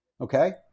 okay